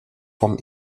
vom